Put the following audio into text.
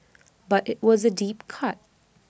but IT was A deep cut